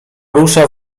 rusza